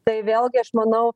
tai vėlgi aš manau